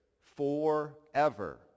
forever